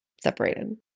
separated